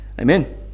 Amen